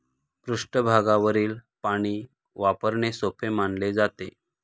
पृष्ठभागावरील पाणी वापरणे सोपे मानले जाते